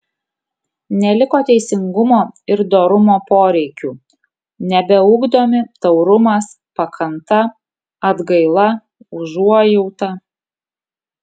neliko teisingumo ir dorumo poreikių nebeugdomi taurumas pakanta atgaila užuojauta